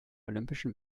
olympischen